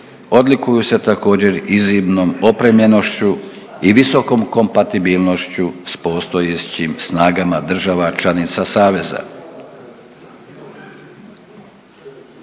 odlikuju se također iznimnom opremljenošću i visokom kompatibilnošću s postojećim snagama država članica saveza.